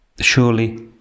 surely